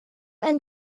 and